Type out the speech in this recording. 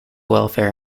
welfare